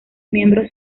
miembros